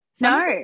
no